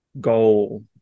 goal